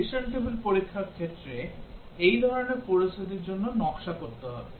Decision table পরীক্ষার ক্ষেত্রে এই ধরনের পরিস্থিতির জন্য নকশা করতে হবে